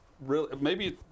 really—maybe